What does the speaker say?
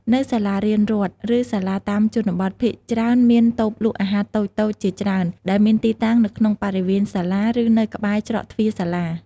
នៅសាលារៀនរដ្ឋ ឬសាលាតាមជនបទភាគច្រើនមាន តូបលក់អាហារ តូចៗជាច្រើន ដែលមានទីតាំងនៅក្នុងបរិវេណសាលា ឬនៅក្បែរច្រកទ្វារសាលា។